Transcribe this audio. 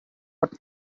what